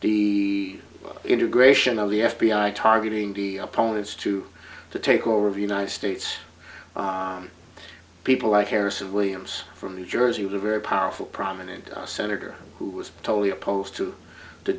the integration of the f b i targeting the opponents to to take over of united states people like harris of williams from the jersey was a very powerful prominent senator who was totally opposed to the